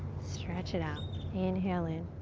stretch it out. inhale in.